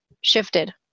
shifted